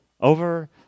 over